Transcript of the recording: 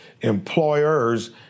employers